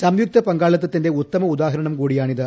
സംയുക്ത പങ്കാളിത്തത്തിന്റെ ഉത്തമ ഉദാഹരണം കൂടിയാണിത്